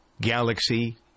galaxy